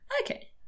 Okay